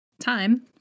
Time